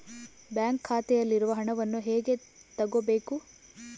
Bank ಖಾತೆಯಲ್ಲಿರುವ ಹಣವನ್ನು ಹೇಗೆ ತಗೋಬೇಕು?